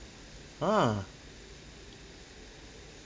ah